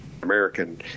American